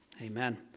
Amen